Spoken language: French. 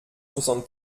soixante